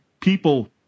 people